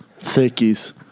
Thickies